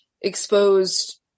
exposed